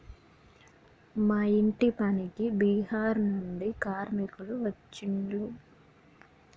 మా ఇంటి పనికి బీహార్ నుండి కార్మికులు వచ్చిన్లు